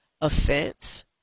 offense